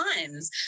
Times